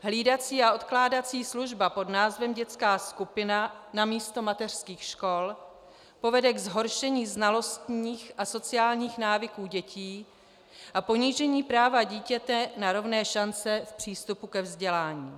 Hlídací a odkládací služba pod názvem dětská skupina namísto mateřských škol povede ke zhoršení znalostních a sociálních návyků dětí a ponížení práva dítěte na rovné šance v přístupu ke vzdělání.